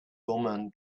woman